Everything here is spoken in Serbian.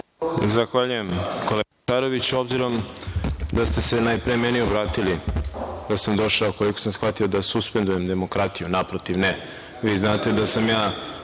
Zahvaljujem, kolega Šaroviću. Obzirom da ste se najpre meni obratili, da sam došao, koliko sam shvatio da suspendujem demokratiju, naprotiv, ne. Vi znate da sam ja